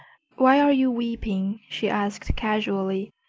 why are you weeping? she asked casually.